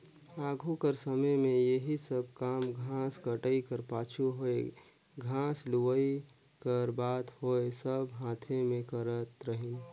आघु कर समे में एही सब काम घांस कटई कर पाछू होए घांस लुवई कर बात होए सब हांथे में करत रहिन